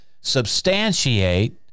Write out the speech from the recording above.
substantiate